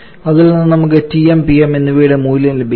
അതിൽനിന്ന് നമുക്ക് Tm Pm എന്നിവയുടെ മൂല്യം ലഭിക്കും